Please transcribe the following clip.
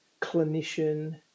clinician